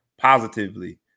positively